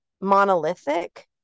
monolithic